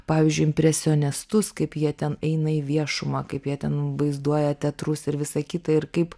pavyzdžiui impresionistus kaip jie ten eina į viešumą kaip jie ten vaizduoja teatrus ir visą kitą ir kaip